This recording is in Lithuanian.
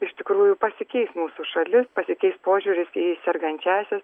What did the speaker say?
iš tikrųjų pasikeis mūsų šalis pasikeis požiūris į sergančiąsias